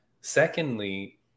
secondly